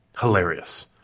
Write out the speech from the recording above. hilarious